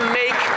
make